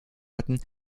hatten